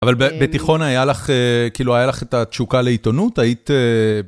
אבל בתיכון היה לך, כאילו היה לך את התשוקה לעיתונות, היית...